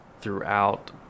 throughout